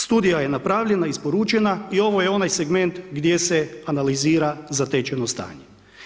Studija je napravljena, isporučena i ovo je ovaj segment gdje se analizira zatečeno stanje.